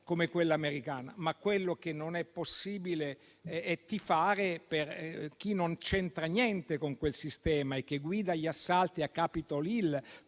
come quella americana. Quello che però non è possibile è tifare per chi non c'entra niente con quel sistema e guida gli assalti a Capitol Hill,